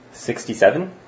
Sixty-seven